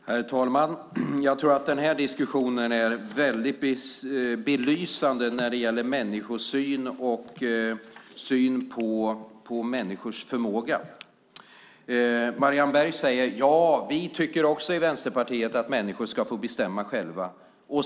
Herr talman! Jag tror att den här diskussionen är väldigt belysande när det gäller människosyn och synen på människors förmåga. Marianne Berg säger att Vänsterpartiet också tycker att människor ska få bestämma själva.